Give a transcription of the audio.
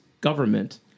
government